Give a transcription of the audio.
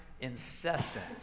incessant